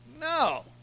No